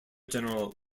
general